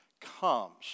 comes